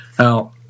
Now